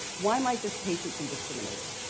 why might this patient be discriminating?